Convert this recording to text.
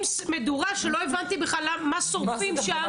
עם מדורה שבכלל לא הבנתי מה שורפים שם,